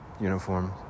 uniforms